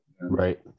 Right